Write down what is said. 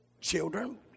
children